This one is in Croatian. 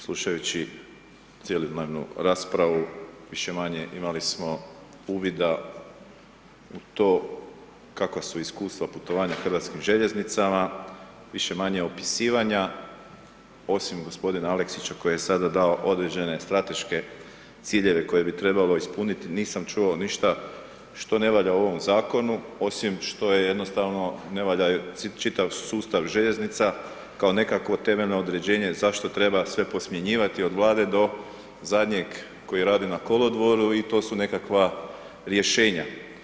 Slušajući cjelodnevnu raspravu, više-manje imali smo uvida u to kakva su iskustva putovanja HŽ-om, više-manje opisivanja, osim g. Aleksića koji je sada dao određene strateške ciljeve koje bi trebalo ispuniti, nisam čuo ništa što ne valja u ovom zakonu, osim što jednostavno ne valja čitav sustav željeznica kao temeljno određenje zašto treba sve posmjenjivati, od Vlade do zadnjeg koji radi na kolodvoru i to su nekakva rješenja.